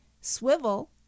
Swivel